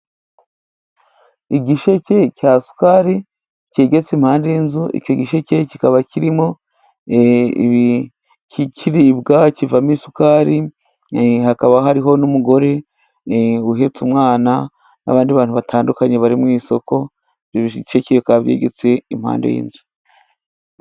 Igisheke cya sukari kegetse impande y'inzu, icyo gisheke kikaba kirimo ikiribwa kivamo isukari, hakaba hariho n'umugore uhetse umwana n'abandi bantu batandukanye bari mu isoko, icyo gisheke kikaba cyegetse impande y'inzu.